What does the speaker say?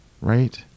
right